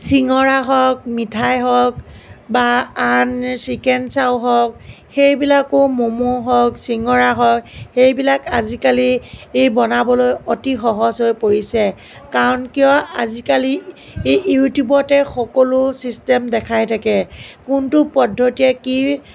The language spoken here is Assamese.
চিঙৰা হওঁক মিঠাই হওঁক বা আন চিকেন চাও হওঁক সেইবিলাকো ম'ম হওঁঁক চিঙৰা হওঁক সেইবিলাক আজিকালি বনাবলৈ অতি সহজ হৈ পৰিছে কাৰণ কিয় আজিকালি ইউটিউবতে সকলো চিষ্টেম দেখাই থাকে কোনটো পদ্ধতিৰে কি